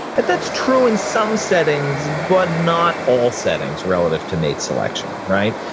that's true in some settings, but not all settings relative to mate selection. right?